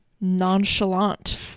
nonchalant